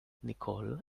nicole